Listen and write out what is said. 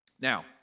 Now